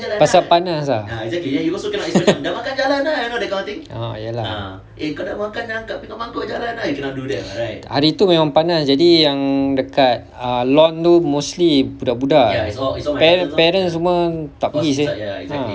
pasal panas oh ya lah hari tu memang panas jadi yang dekat err lawn tu mostly budak-budak parents semua tak pergi seh ah